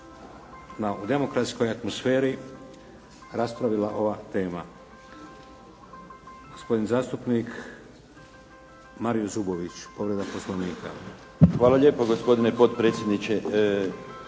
u demokratskoj atmosferi raspravila ova tema. Gospodin zastupnik Mario Zubović, povreda Poslovnika. **Zubović, Mario (HDZ)** Hvala lijepo gospodine potpredsjedniče.